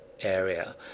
area